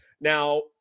Now